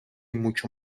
mucho